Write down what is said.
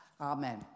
Amen